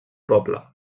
poble